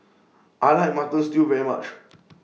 I like Mutton Stew very much